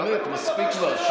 באמת, מספיק כבר.